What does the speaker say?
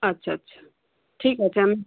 আচ্ছা আচ্ছা ঠিক আছে আমি